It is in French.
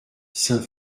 saint